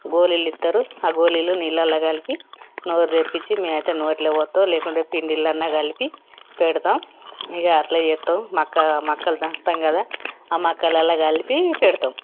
గోళీలు ఇస్తారు ఆ గోళీలు నీళ్ళలో కలిపి నోరు తెరిపించి మేము అయితే నోట్లో పోస్తాము లేకుండా పిండిలో అయినా కలిపి పెడతాము ఇక అట్లా చేస్తాను మక్క మొక్కలు దంచేస్తాను కదా ఆ మక్కల్లో కలిపి పెడతాము